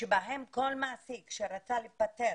שבהם כל מעסיק שרצה לפטר,